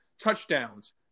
touchdowns